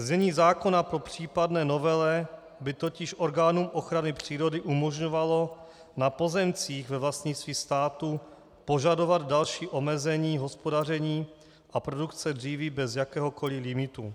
Znění zákona po případné novele by totiž orgánům ochrany přírody umožňovalo na pozemcích ve vlastnictví státu požadovat další omezení hospodaření a produkce dříví bez jakéhokoli limitu.